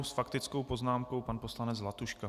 S faktickou poznámkou pan poslanec Zlatuška.